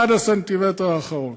עד הסנטימטר האחרון.